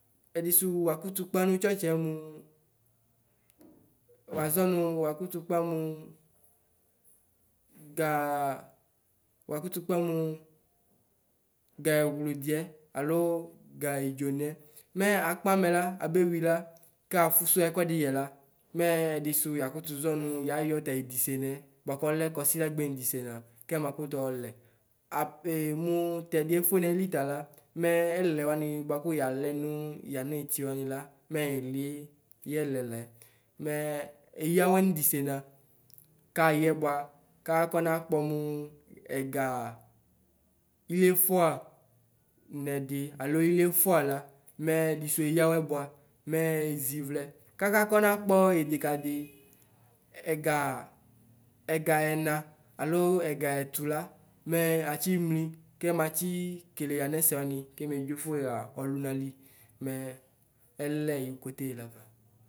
Ɛdisʋ wakutu kpamʋ tsɔtsiɛ mʋ, wazunu wakutu kpamʋ, ga, wakutu kpa mʋ gɛwlʋdiɛ alo ga idzo niyɛ mɛ akpamɛ la abewui la kafufu ɛkʋɛdɩ yɛla mɛ ɛdisɛ yakutu zɔnu yayɔ tayidisenɛ buaku ɔlɛ kɔsidagbe nidisena kɔma kutu ɔlɛ abe mʋ tɛdiɛ efue nayi tala mɛ lɛ wanɩ buaku yalɛ nu yanu iti wanɩ la mɛ iliyɛlɛ laɛ mɛ eya awɛ nidisena kayɛ bua kakɔnakpɔ mʋ ɛga iliefua nɛdi alo iliefua la mɛ ɛdɩsu eya awɛbua, mɛ ezivlɛ kaka kɔna kpɔ idikadi, ɛgaega ɛna alo ɛga ɛtʋla mɛ atsimli kemetsi kele yanɛsɛ wani kemedzofue xa ɔlunali mɛ ɛlɛ yʋ kote lafa.